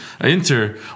Inter